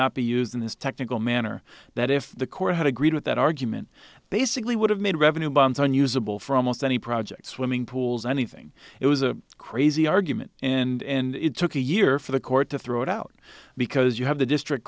not be used in this technical manner that if the court had agreed with that argument basically would have made revenue bonds unusable for almost any project swimming pools or anything it was a crazy argument and it took a year for the court to throw it out because you have the district